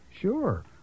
Sure